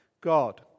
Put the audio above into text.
God